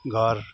घर